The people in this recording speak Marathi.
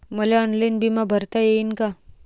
मले ऑनलाईन बिमा भरता येईन का?